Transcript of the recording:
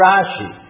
Rashi